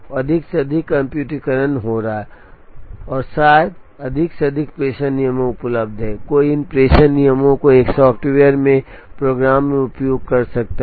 और अधिक से अधिक कम्प्यूटरीकरण हो रहा है और शायद अधिक से अधिक प्रेषण नियम उपलब्ध हैं कोई इन प्रेषण नियमों को एक सॉफ्टवेयर में प्रोग्राम या उपयोग कर सकता है